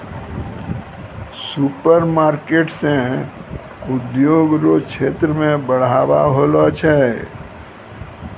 supermarket से उद्योग रो क्षेत्र मे बढ़ाबा होलो छै